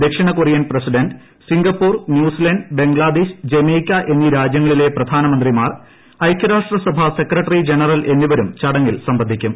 ദക്ഷിണകൊറിയൻ president Singapore New Zealand Bangladesh Jamaica എന്നീ രാജ്യങ്ങളിലെ പ്രധാനമന്ത്രിമാർ ഐക്യരാഷ്ട്രസഭ സെക്രട്ടറി ജനറൽ എന്നിവരും ചടങ്ങിൽ സംബന്ധിക്കും